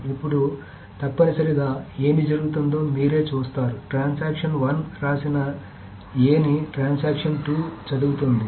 ఇప్పుడు తప్పనిసరిగా ఏమి జరుగుతుందో మీరే చూస్తారు ట్రాన్సాక్షన్ 1 రాసిన a ని ట్రాన్సాక్షన్ 2 చదువుతుంది